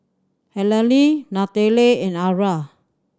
Allene Nataly and Arah